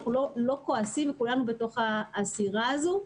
אנחנו לא כועסים וכולנו בתוך הסירה הזו.